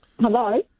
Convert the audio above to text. Hello